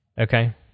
Okay